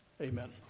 Amen